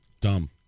Dumb